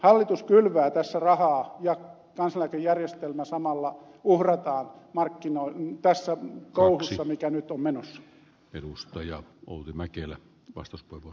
hallitus kylvää tässä rahaa ja kansaneläkejärjestelmä samalla uhrataan tässä kouhussa mikä nyt on menossa